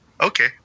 okay